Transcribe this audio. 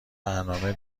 برنامه